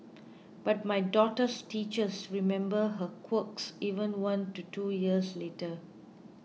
but my daughter's teachers remember her quirks even one to two years later